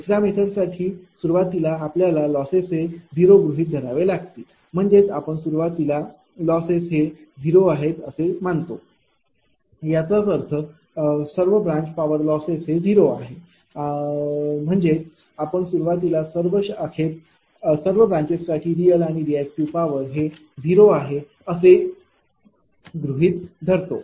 दुसऱ्या मेथड साठी सुरुवातीला आपल्याला लॉसेस हे 0 गृहीत धरावे लागतील म्हणजे आपण सुरुवातीला लॉसेस हे 0 आहे असे मानतो म्हणजे सर्व ब्रांच पावर लॉसेस हे 0 आहे याचा अर्थ असा की आपण सुरूवातीला सर्व ब्रांचेस साठी रियल आणि रिएक्टिव पावर लॉसेस हे 0 आहेत असे गृहीत धरतो